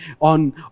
on